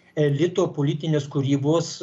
elito politinės kūrybos